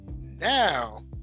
now